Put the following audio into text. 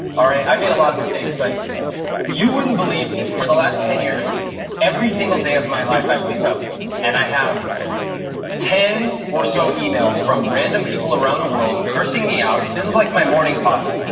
all right? i made a lot of mistakes but you wouldn't believe for the last ten year every single day of my life i wake up and i have ten or so emails from random people around the world cursing me out, this is like my morning coffee.